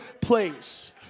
place